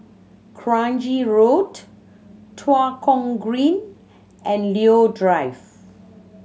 Kranji Road Tua Kong Green and Leo Drive